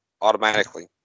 automatically